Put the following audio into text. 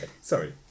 sorry